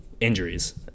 injuries